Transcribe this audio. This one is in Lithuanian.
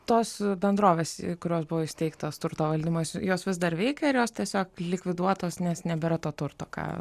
tos bendrovės kurios buvo įsteigtos turto valdymo jos vis dar veikia ir jos tiesiog likviduotos nes nebėra to turto ką